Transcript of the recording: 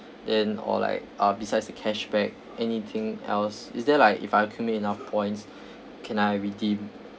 in or like uh besides the cashback anything else is there like if I accumulate enough points can I redeem